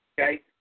okay